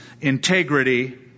integrity